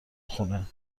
خونه